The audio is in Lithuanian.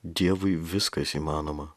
dievui viskas įmanoma